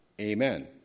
Amen